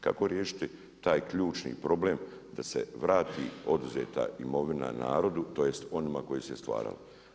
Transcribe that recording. Kako riješiti taj ključni problem da se vrati oduzeta imovina narodu tj. onima koji su je stvarali?